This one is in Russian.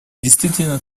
действительно